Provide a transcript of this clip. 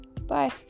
Bye